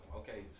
okay